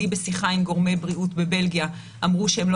בשיחה שלי עם גורמי בריאות בבלגיה אמרו שהם לא